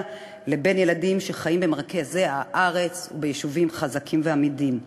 לבין ילדים שחיים במרכז הארץ וביישובים חזקים ואמידים.